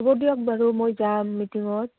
হ'ব দিয়ক বাৰু মই যাম মিটিঙত